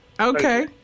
Okay